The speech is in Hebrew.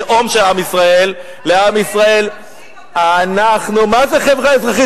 לטובת הלאום של עם ישראל, מה זה "חברה אזרחית"?